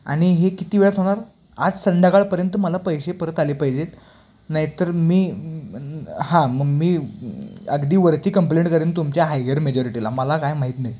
आणि हे किती वेळात होणार आज संध्याकाळपर्यंत मला पैसे परत आले पाहिजेत नाहीतर मी हां मग मी अगदी वरती कंप्लेंट करेन तुमच्या हायर मेजोरिटीला मला काय माहीत नाही